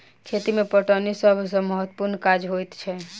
खेती मे पटौनी सभ सॅ महत्त्वपूर्ण काज होइत छै